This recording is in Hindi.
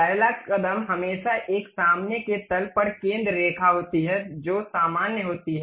पहला कदम हमेशा एक सामने के तल पर केंद्र रेखा होती है जो सामान्य होती है